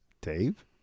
Dave